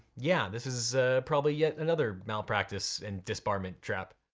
yeah, this is probably yet another malpractice and disbarment trap.